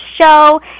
show